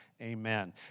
amen